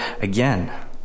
again